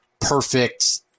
perfect